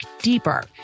deeper